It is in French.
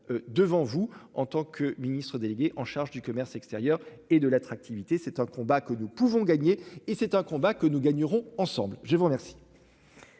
devant vous, en tant que ministre déléguée en charge du commerce extérieur et de l'attractivité. C'est un combat que nous pouvons gagner et c'est un combat que nous gagnerons ensemble, je vous remercie.